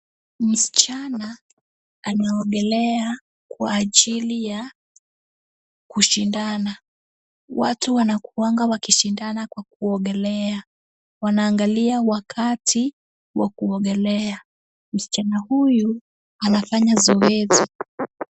Msichana anaogelea kwa ajili ya kushindana. Watu wanakuwanga wakishindana kwa kuogelea. Wanaangalia wakati wa kuogelea. Msichana huyu anafanya zoezi.